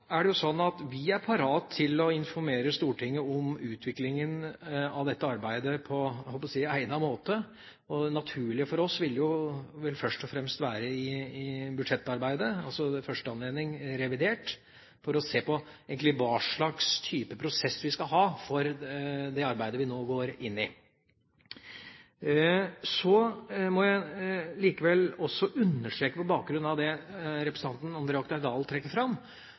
Vi er parat til å informere Stortinget om utviklingen av dette arbeidet på egnet måte. Det naturlige for oss ville vel først og fremst være i budsjettarbeidet – ved første anledning i revidert – for å se på hva slags prosess vi egentlig skal ha for det arbeidet vi nå går inn i. Jeg må også understreke, på bakgrunn av det representanten Oktay Dahl trekker fram,